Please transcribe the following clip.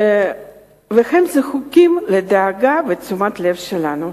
והם זקוקים לדאגה ולתשומת הלב שלנו.